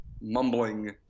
mumbling